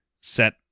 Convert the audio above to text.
set